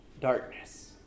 darkness